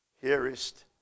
hearest